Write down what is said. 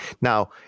Now